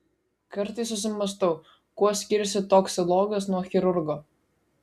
kartais susimąstau kuo skiriasi toksikologas nuo chirurgo